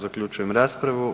Zaključujem raspravu.